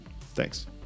Thanks